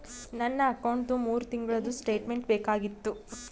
ನನ್ನ ಅಕೌಂಟ್ದು ಮೂರು ತಿಂಗಳದು ಸ್ಟೇಟ್ಮೆಂಟ್ ಬೇಕಾಗಿತ್ತು?